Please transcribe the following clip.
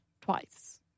twice